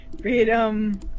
Freedom